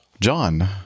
John